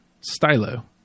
Stylo